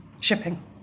shipping